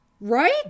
Right